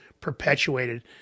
perpetuated